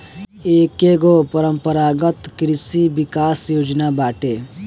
एकेगो परम्परागत कृषि विकास योजना बाटे